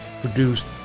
produced